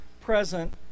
present